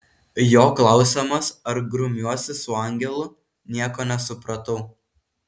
jo klausiamas ar grumiuosi su angelu nieko nesupratau